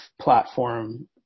platform